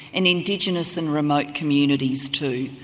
and indigenous and remote communities too.